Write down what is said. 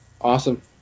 Awesome